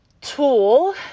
tool